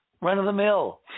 run-of-the-mill